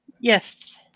yes